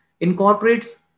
incorporates